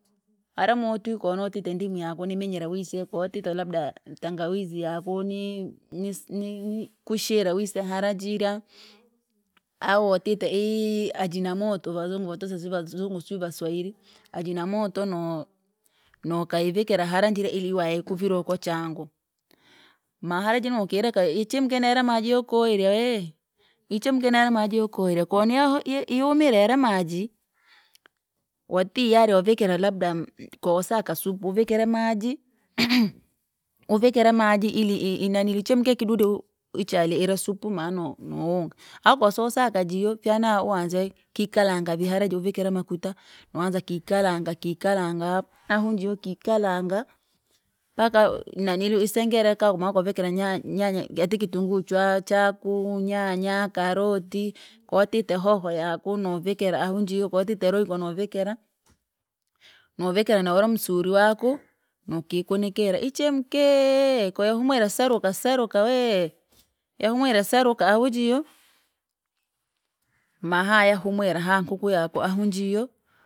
Hara matwi konoutite ndimu yako nimiyira wise kowatite labda tangawizi yako ni- nisi ni- kushira wise hara jira, au watite ihii ajinamoto vazungu vatuse si vazungu siu vaswahiri, ajinamoto no- nokayivikira hara njire ili waikuvilo ukuchango, mahara jira nokireka ichemke nayara maji yokoerya wee, ichemke nayara maji yokoyera koni aaha yi- yumire yaramaji. Wati hiyari vavikira labda m- kosaka supu uvikire maji, uvikire maji ili i- inaniluu ichemke kidudi uh ichale ira supu mano nowunga, au kososaka jio fyana uwanze, kikalanga vi hara ju uvikire makuta. Noanza kikalanga kikalanga, ahu- ahujio kikalanga, mpaka naniluu isengere ka novikira nya- nyanya kati ikitunguru chwa chaku nyanga, karoti, kowatite hoho yaku novikira ahu njio kowatite royi konuvikira. Novikira naura musuri waku, nokikunikire ichemkee, koyahumwire saruka saruka wee, yahumwire saruka ahujio, mahaya humwira ha nkuku yaku ahu njiyo.